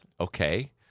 okay